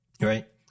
Right